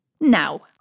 Now